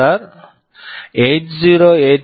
R CPSR